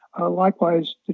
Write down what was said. Likewise